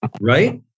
right